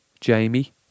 Jamie